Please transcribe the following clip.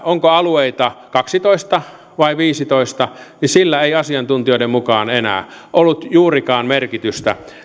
onko alueita kaksitoista vai viisitoista ei asiantuntijoiden mukaan enää ollut juurikaan merkitystä